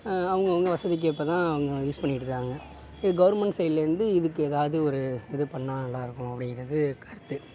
அவங்கவுங்க வசதிக்கேற்ப தான் அவங்க யூஸ் பண்ணியிட் இருக்காங்க கவுர்மெண்ட் சைட்லேயிர்ந்து இதுக்கு எதாவது ஒரு இது பண்ணா நல்லா இருக்கும் அப்படிங்கிறது கருத்து